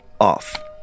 Off